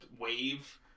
wave